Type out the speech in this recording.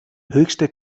höchste